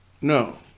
no